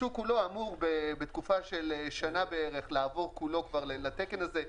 השוק כולו אמור בתוך שנה בערך לעבור כולו לתקן הזה,